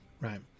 right